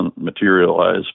materialize